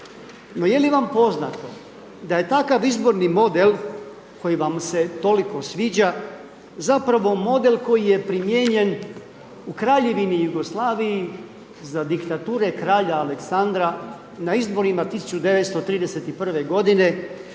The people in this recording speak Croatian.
No, je li vam poznato da je takav izborni model koji vam se toliko sviđa zapravo model koji je primijenjen u Kraljevini Jugoslaviji za diktature kralja Aleksandra na izborima 1931. g.